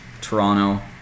Toronto